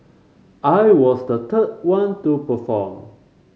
I was the third one to perform